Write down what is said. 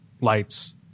lights